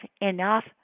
enough